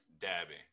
dabbing